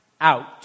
out